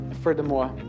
furthermore